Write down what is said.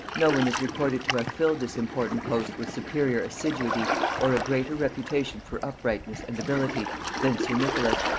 no one is recorded to have filled this important post with superior assiduity or a greater reputation for uprightness and ability than sir nicholas,